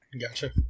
gotcha